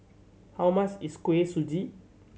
how much is Kuih Suji